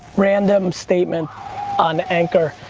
random statement on anchor,